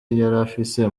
yarafise